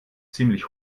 ziemlich